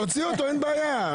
תוציא אותו, אין בעיה.